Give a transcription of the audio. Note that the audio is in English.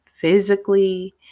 physically